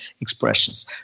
expressions